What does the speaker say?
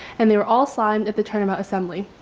and they were all signed at the tournament assembly.